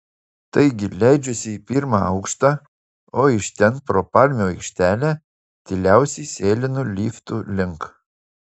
taigi leidžiuosi į pirmą aukštą o iš ten pro palmių aikštelę tyliausiai sėlinu liftų link